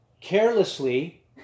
carelessly